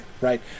right